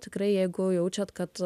tikrai jeigu jaučiat kad